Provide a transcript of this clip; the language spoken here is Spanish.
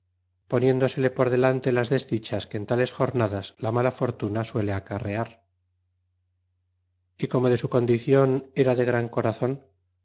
poniéndosela por delante las desdichas que en tales jornadas la mala fortuna suele acarrear y como de su condicion era de gran corazon